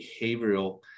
behavioral